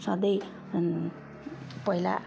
सधैँ पहिला